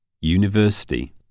University